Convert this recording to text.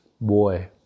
boy